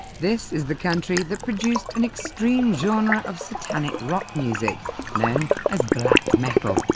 this is the country that produced an extreme genre of satanic rock music known as black metal,